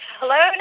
hello